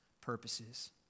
purposes